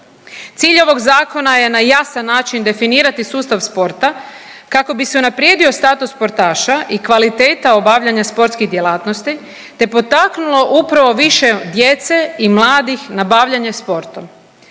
Cilj ovog zakona je na jasan način definirati sustav sporta kako bi se unaprijedio status sportaša i kvaliteta obavljanja sportskih djelatnosti te potaknulo upravo više djece i mladih na bavljenje sportom.